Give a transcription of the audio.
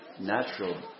natural